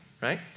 right